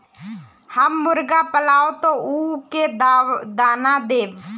हम मुर्गा पालव तो उ के दाना देव?